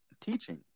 teaching